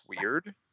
weird